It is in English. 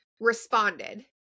responded